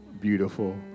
beautiful